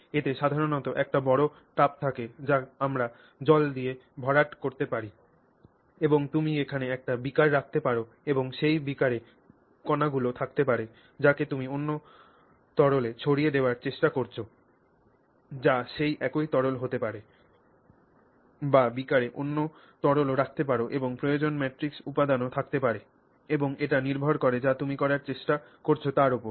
এতে সাধারণত একটি বড় টাব থাকে যা আমরা জল দিয়ে ভরাট করতে পারি এবং তুমি এখানে একটি বীকার রাখতে পার এবং সেই বীকারে কণাগুলি থাকতে পারে যাকে তুমি অন্য কোনও তরলে ছড়িয়ে দেওয়ার চেষ্টা করছ যা সেই একই তরল হতে পারে বা বীকারে অন্য তরলও রাখতে পার এবং প্রয়োজনে ম্যাট্রিক্স উপাদানও থাকতে পারে এবং এটা নির্ভর করে যা তুমি করার চেষ্টা করছ তার উপর